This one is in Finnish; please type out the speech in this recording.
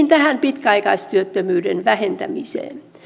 tähän pitkäaikaistyöttömyyden vähentämiseen muun muassa